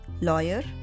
lawyer